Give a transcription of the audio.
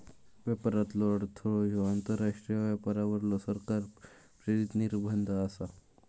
व्यापारातलो अडथळो ह्यो आंतरराष्ट्रीय व्यापारावरलो सरकार प्रेरित निर्बंध आसा